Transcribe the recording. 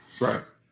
Right